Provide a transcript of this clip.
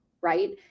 right